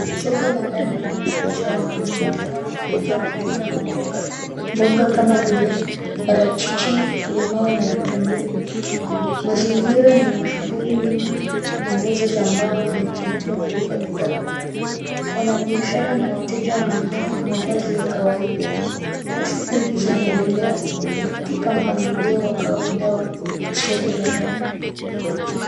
Soko la ndani linaonyesha watu wakinunua na kuuza matunda na mboga, mboga kama vile parachichi, limau na vitunguu. Mazingira ni ya shughuli nyingi na meza za mbao zimetumika kuweka bidhaa. Wanabiashara na wateja wamevaa mavazi ya kawaida na shughuli zinaendelea katika mpangilio wa kawaida wa soko la jamii.